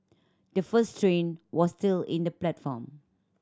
the first train was still in the platform